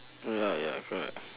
ya ya correct